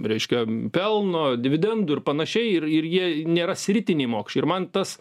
reiškia pelno dividendų ir panašiai ir ir jie nėra sritiniai mokesčiai ir man tas